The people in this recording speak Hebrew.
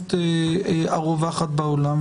למדיניות הרווחת בעולם.